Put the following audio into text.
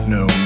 no